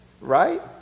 right